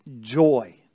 joy